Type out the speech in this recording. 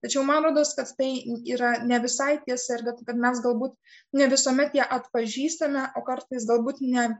tačiau man rodos kad tai yra ne visai tiesa ir kad mes galbūt ne visuomet ją atpažįstame o kartais galbūt ne